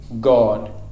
God